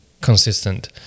Consistent